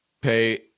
pay